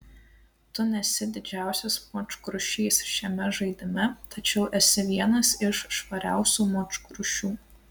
tu nesi didžiausias močkrušys šiame žaidime tačiau esi vienas iš švariausių močkrušių